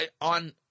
on